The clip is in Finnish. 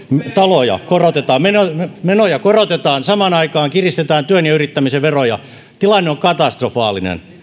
menoja korotetaan ja samaan aikaan kiristetään työn ja yrittämisen veroja tilanne on katastrofaalinen